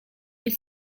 być